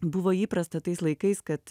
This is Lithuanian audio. buvo įprasta tais laikais kad